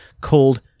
called